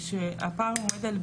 שהפער עומד על,